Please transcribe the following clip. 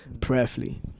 prayerfully